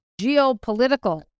geopolitical